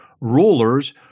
rulers